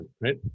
Right